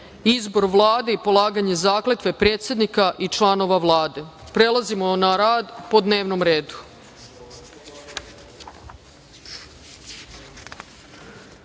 Izbor Vlade i polaganje zakletve predsednika i članova Vlade. Prelazimo na rad po dnevnom redu. Po